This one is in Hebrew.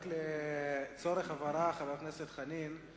רק לצורך הבהרה, חבר הכנסת חנין,